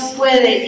puede